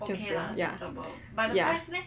这样子 lor ya